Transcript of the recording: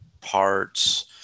parts